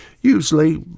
usually